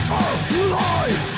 alive